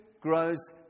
grows